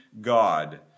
God